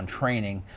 TRAINING